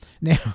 Now